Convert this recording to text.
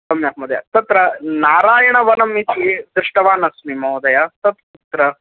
सम्यक् महोदय तत्र नारायणवनम् इति दृष्टवानस्मि महोदय तत् कुत्र